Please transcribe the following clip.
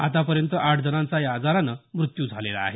आतापर्यंत आठ जणांचा या आजारामुळे मृत्यू झालेला आहे